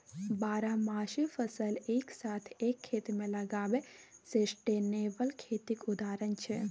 बारहमासी फसल एक साथ एक खेत मे लगाएब सस्टेनेबल खेतीक उदाहरण छै